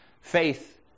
faith